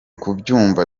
kubyumva